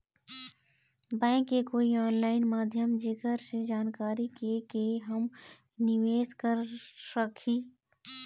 Bank के कोई online माध्यम जेकर से जानकारी के के हमन निवेस कर सकही?